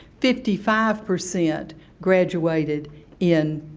fifty five percent graduated in